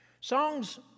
Songs